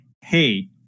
hey